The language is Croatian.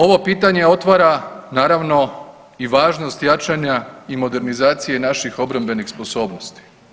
Ovo pitanje otvara naravno i važnost jačanja i modernizacije naših obrambenih sposobnosti.